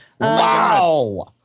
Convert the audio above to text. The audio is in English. Wow